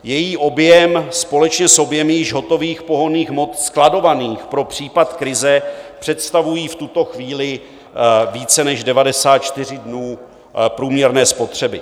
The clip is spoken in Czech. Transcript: Její objem společně s objemy již hotových pohonných hmot skladovaných pro případ krize představují v tuto chvíli více než 94 dnů průměrné spotřeby.